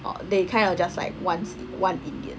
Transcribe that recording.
or they kind of just like wants one indian